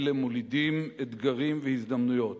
אלה מולידים אתגרים והזדמנויות,